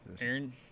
Aaron